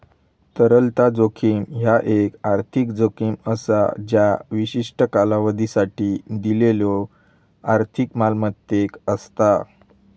तरलता जोखीम ह्या एक आर्थिक जोखीम असा ज्या विशिष्ट कालावधीसाठी दिलेल्यो आर्थिक मालमत्तेक असता